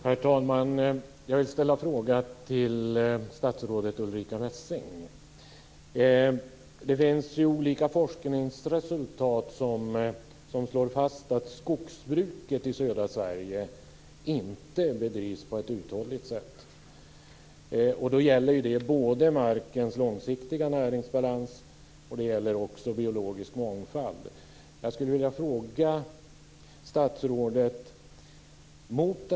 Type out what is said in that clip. Herr talman! Jag vill ställa en fråga till statsrådet Det finns olika forskningsresultat som slår fast att skogsbruket i södra Sverige inte bedrivs på ett uthålligt sätt. Det gäller både markens långsiktiga näringsbalans och biologisk mångfald.